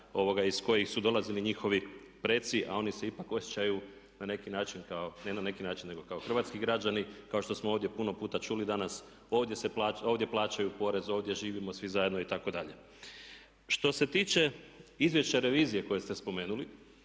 iz kojih su dolazili njihovi preci, a oni se ipak osjećaju na neki način, ne na neki način nego kao hrvatski građani kao što smo ovdje puno puta čuli danas ovdje plaćaju porez, ovdje živimo svi zajedno itd. Što se tiče izvješća revizije koje ste spomenuli